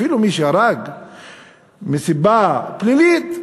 אפילו מי שהרג מסיבה פלילית,